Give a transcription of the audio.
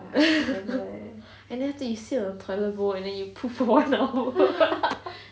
and then after that you sit on the toilet bowl and then you poop for one hour